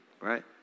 right